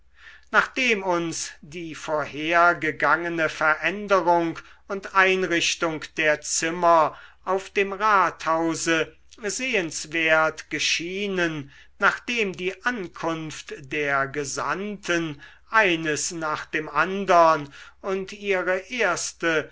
nachdem uns die vorhergegangene veränderung und einrichtung der zimmer auf dem rathause sehenswert geschienen nachdem die ankunft der gesandten eines nach dem andern und ihre erste